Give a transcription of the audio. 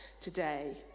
today